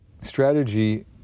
strategy